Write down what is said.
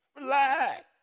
Relax